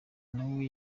nawe